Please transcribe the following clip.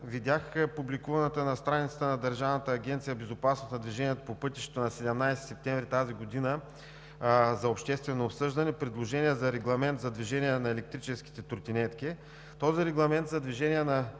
Видях публикуваното на страницата на Държавната агенция „Безопасност на движението по пътищата“ на 17 септември тази година за обществено обсъждане предложение за Регламент за движение на електрическите тротинетки. Този регламент за движение на